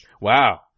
Wow